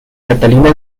catalina